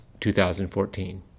2014